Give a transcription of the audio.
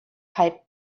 pipe